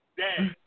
dad